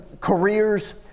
careers